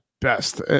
best